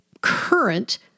current